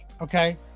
okay